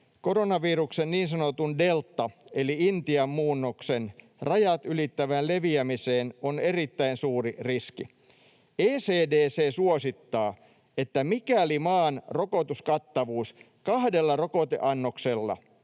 ”Koronaviruksen niin sanotun delta- eli Intian muunnoksen rajat ylittävään leviämiseen on erittäin suuri riski. ECDC suosittaa, että mikäli maan rokotuskattavuus kahdella rokoteannoksella”